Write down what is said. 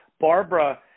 Barbara